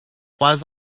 was